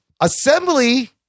Assembly